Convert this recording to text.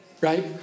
Right